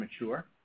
mature